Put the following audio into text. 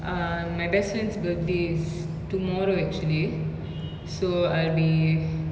um my best friend's birthday is tomorrow actually so I'll be